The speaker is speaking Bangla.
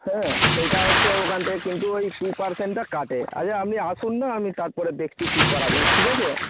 হ্যাঁ সেইটা হচ্ছে ওখান থেকে কিন্তু ওই টু পারসেন্টটা কাটে আচ্ছা আপনি আসুন না আমি তারপরে দেখছি কী করা যায় ঠিক আছে